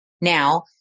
now